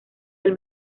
del